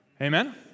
Amen